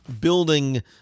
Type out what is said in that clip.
building